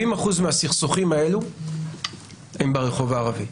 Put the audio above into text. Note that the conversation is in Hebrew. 70% מהסכסוכים האלו הם ברחוב הערבי.